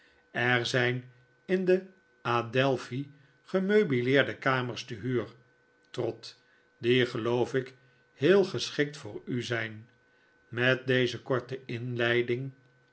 er zijn in de adelphi gemeubileerde kamers te huur trot die geloof ik heel geschikt voor u zijn met deze korte inleiding